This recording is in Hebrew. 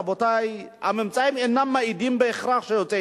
רבותי: הממצאים אינם מעידים בהכרח שיוצאי